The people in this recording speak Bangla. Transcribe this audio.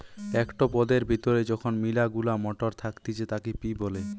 একটো পদের ভেতরে যখন মিলা গুলা মটর থাকতিছে তাকে পি বলে